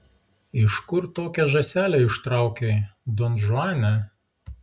iš kur tokią žąselę ištraukei donžuane